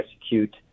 execute